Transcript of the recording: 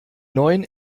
neuen